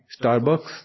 Starbucks